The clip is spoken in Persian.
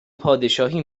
پادشاهی